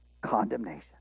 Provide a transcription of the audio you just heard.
condemnation